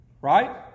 Right